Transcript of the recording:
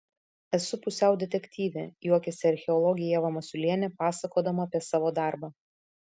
esu pusiau detektyvė juokiasi archeologė ieva masiulienė pasakodama apie savo darbą